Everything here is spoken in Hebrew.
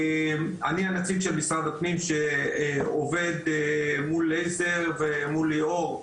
אני הנציג של משרד הפנים שעובד מול לייזר ומול ליאור,